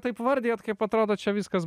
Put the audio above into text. taip vardijat kaip atrodo čia viskas